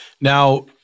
Now-